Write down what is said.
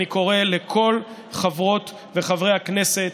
אני קורא לכל חברות וחברי הכנסת